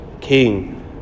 king